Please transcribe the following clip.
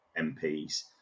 mps